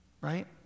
Right